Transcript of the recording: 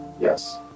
Yes